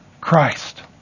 Christ